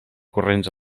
corrents